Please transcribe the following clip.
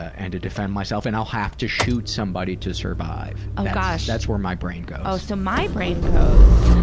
and to defend myself, and i'll have to shoot somebody to survive. oh, gosh. that's where my brain goes. oh, so my brain goes,